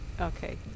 Okay